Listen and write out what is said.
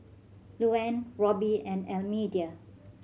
Luanne Robby and Almedia